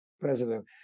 president